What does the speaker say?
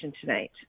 tonight